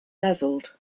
dazzled